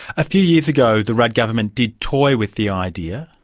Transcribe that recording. a few years ago the rudd government did toy with the idea.